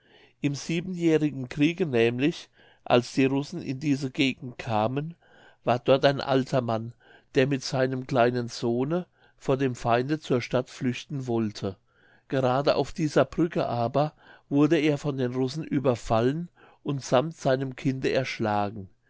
im siebenjährigen kriege nämlich als die russen in diese gegend kamen war dort ein alter mann der mit seinem kleinen sohne vor dem feinde zur stadt flüchten wollte gerade auf dieser brücke aber wurde er von den russen überfallen und sammt seinem kinde erschlagen